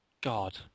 God